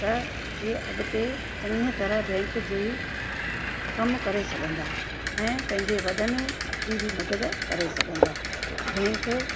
त इहे अॻिते चङीअ तरह बैंक जी कमु करे सघंदा ऐं पंहिंजे वॾनि जी बि मदद करे सघंदा बैंक